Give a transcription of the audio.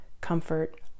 comfort